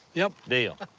yep. deal.